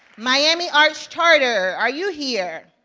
miami arts charter, are you here?